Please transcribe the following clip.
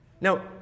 Now